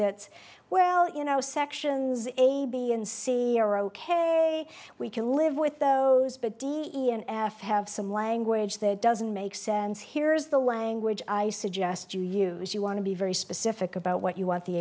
it's well you know sections a b and c are ok we can live with those but d e n after have some language that doesn't make sense here's the language i suggest you use you want to be very specific about what you want the